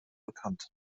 bekannt